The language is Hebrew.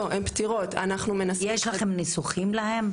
לא, הן פתירות, אנחנו מנסים יש להם ניסוחים להם?